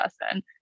person